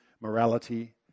morality